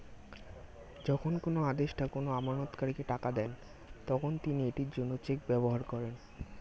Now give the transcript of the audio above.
যখন কোনো আদেষ্টা কোনো আমানতকারীকে টাকা দেন, তখন তিনি এটির জন্য চেক ব্যবহার করেন